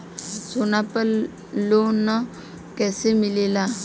सोना पर loan कइसे मिलेला?